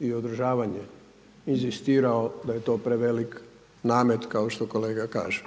i održavanje inzistirao da je to prevelik namet kao što kolega kaže.